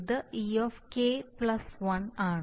ഇത് ek 1 ആണ്